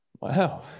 Wow